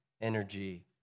energy